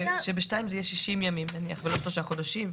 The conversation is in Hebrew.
שב-(2) זה יהיה 60 ימים ולא שלושה חודשים,